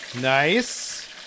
Nice